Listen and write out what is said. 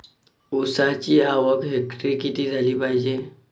ऊसाची आवक हेक्टरी किती झाली पायजे?